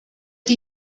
die